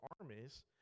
armies